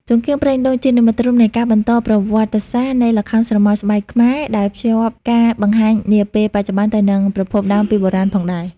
ចង្កៀងប្រេងដូង ជានិមិត្តរូបនៃការបន្តប្រវត្តិសាស្ត្រនៃល្ខោនស្រមោលស្បែកខ្មែរ ដោយភ្ជាប់ការបង្ហាញនាពេលបច្ចុប្បន្នទៅនឹងប្រភពដើមពីបុរាណផងដែរ។